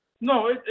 No